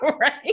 Right